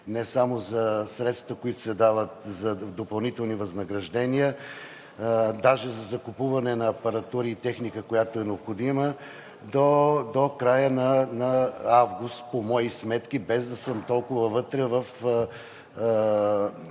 не само за средствата, които се дават за допълнителни възнаграждения, а даже за закупуване на апаратура и техника, която е необходима, до края на август по мои сметки, без да съм толкова навътре в